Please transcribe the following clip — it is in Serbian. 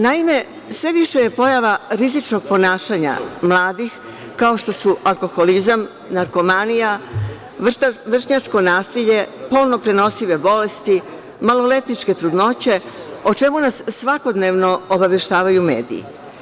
Naime, sve više je pojava rizičnog ponašanja mladih, kao što su alkoholizam, narkomanija, vršnjačko nasilje, polno prenosive bolesti, maloletničke trudnoće, o čemu nas svakodnevno obaveštavaju mediji.